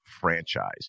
franchise